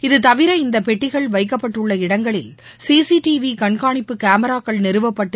இது தவிர இந்த பெட்டிகள் வைக்கப்பட்டுள்ள இடங்களில் சி சி டி வி கண்காணிப்பு கேமராக்கள் நிறுவப்பட்டு